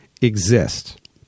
exist